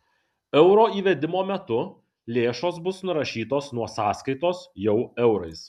euro įvedimo metu lėšos bus nurašytos nuo sąskaitos jau eurais